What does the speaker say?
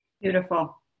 Beautiful